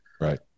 Right